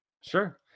Sure